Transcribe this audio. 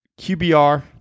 QBR